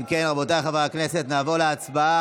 אם כן, רבותיי חברי הכנסת, נעבור להצבעה.